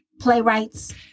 playwrights